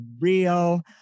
real